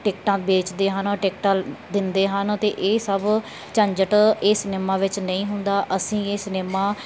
ਟਿਕਟਾਂ ਵੇਚਦੇ ਹਨ ਟਿਕਟਾਂ ਦਿੰਦੇ ਹਨ ਅਤੇ ਇਹ ਸਭ ਝੰਜਟ ਇਹ ਸਿਨੇਮਾ ਵਿੱਚ ਨਹੀਂ ਹੁੰਦਾ ਅਸੀਂ ਇਹ ਸਿਨੇਮਾ